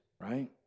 right